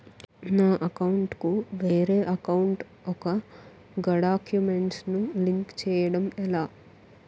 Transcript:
నా అకౌంట్ కు వేరే అకౌంట్ ఒక గడాక్యుమెంట్స్ ను లింక్ చేయడం ఎలా?